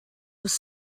was